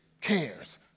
cares